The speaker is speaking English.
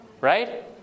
right